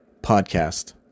podcast